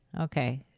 okay